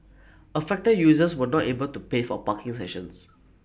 affected users were not able to pay for parking sessions